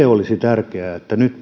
olisi tärkeää että nyt